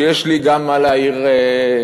ויש לי גם מה להעיר עליהן,